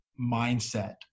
mindset